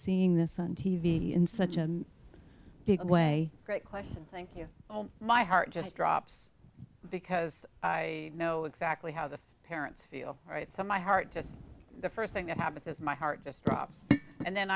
seeing this on t v in such a big way great question thank you oh my heart just drops because i know exactly how the parents feel right so my heart just the st thing that happens is my heart just dropped and then